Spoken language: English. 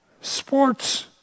sports